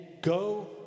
go